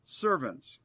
servants